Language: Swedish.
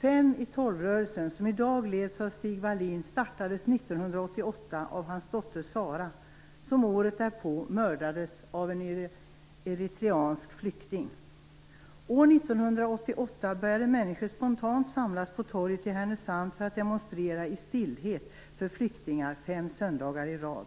Fem-i-tolv-rörelsen, som i dag leds av Stig Wallin, startades 1988 av hans dotter Sara, som året därpå mördades av en eritreansk flykting. År 1988 började människor spontant samlas på torget i Härnösand för att demonstrera i stillhet för flyktingar fem söndagar i rad.